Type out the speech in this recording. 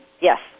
Yes